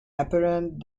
apparent